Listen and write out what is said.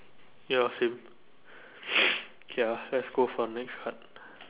ya same K lah let's go for the next card